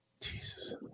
Jesus